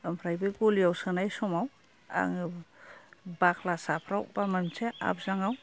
ओमफ्राय बे गलियाव सोनाय समाव आङो बाख्ला साफ्राव बा मोनसे आबजाङाव